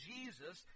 Jesus